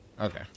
Okay